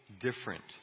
different